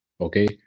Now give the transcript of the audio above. okay